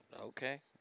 Okay